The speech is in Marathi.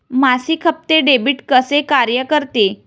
मासिक हप्ते, डेबिट कसे कार्य करते